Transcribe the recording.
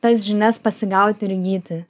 tas žinias pasigauti ir įgyti